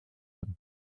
him